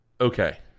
Okay